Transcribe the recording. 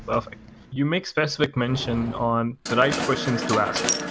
ah like you make specific mention on the right questions to ask.